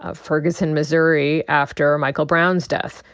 ah ferguson, missouri after michael brown's death.